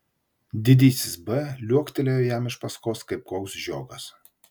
didysis b liuoktelėjo jam iš paskos kaip koks žiogas